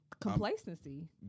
complacency